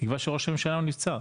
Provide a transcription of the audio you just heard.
תקבע שראש הממשלה הוא נבצר.